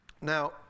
Now